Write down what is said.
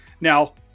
Now